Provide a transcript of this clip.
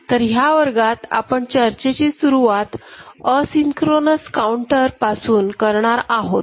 तर ह्या वर्गात आपण चर्चेची सुरुवात असिंक्रोनस काऊंटर पासून करणार आहोत